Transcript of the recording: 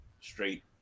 straight